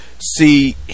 See